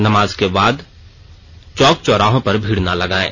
नमाज के बाद चौक चौराहों पर भीड़ न लगायें